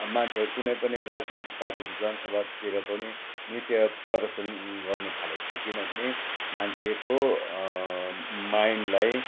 मान्छे कुनै पनि राजनैतिक पार्टीले जनसभातिर पनि नृत्य प्रदर्शन गर्नु थालेको छ किनकि मान्छेको माइन्डलाई